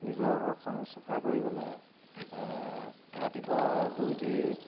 নিজৰ ঘৰখন চাফা কৰিবলৈ ৰাতিপুৱা শুই উঠি